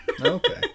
Okay